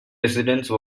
residence